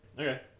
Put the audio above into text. Okay